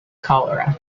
cholera